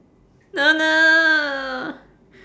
no no